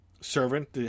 servant